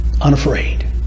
Unafraid